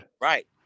Right